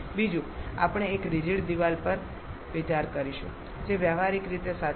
બીજું આપણે એક રિજિડ દિવાલ પર વિચાર કરીશું જે વ્યવહારીક રીતે સાચી છે